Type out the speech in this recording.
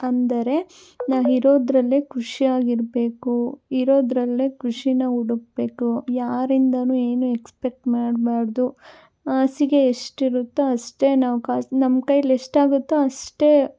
ಅಂದರೆ ನಾವು ಇರೋದರಲ್ಲೇ ಖುಷಿಯಾಗಿರ್ಬೇಕು ಇರೋದರಲ್ಲೇ ಖುಷೀನ ಹುಡುಕ್ಬೇಕು ಯಾರಿಂದನೂ ಏನೂ ಎಕ್ಸ್ಪೆಕ್ಟ್ ಮಾಡಬಾರ್ದು ಹಾಸಿಗೆ ಎಷ್ಟು ಇರುತ್ತೋ ಅಷ್ಟೇ ನಾವು ಕಾಸು ನಮ್ಮ ಕೈಲಿ ಎಷ್ಟು ಆಗುತ್ತೋ ಅಷ್ಟೇ